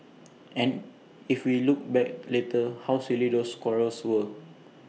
and if we look back later how silly those quarrels were